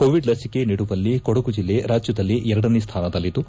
Covid ಲಸಿಕೆ ನೀಡುವಲ್ಲಿ ಕೊಡಗು ಜಿಲ್ಲೆ ರಾಜ್ಯದಲ್ಲಿ ಎರಡನೇ ಸ್ಥಾನದಲ್ಲಿದ್ದು